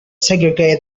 segregate